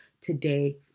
today